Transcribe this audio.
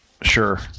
Sure